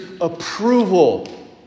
approval